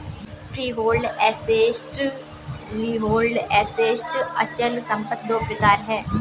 freehold assets, leasehold assets अचल संपत्ति दो प्रकार है